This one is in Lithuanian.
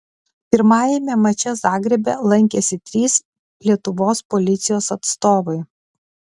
pirmajame mače zagrebe lankėsi trys lietuvos policijos atstovai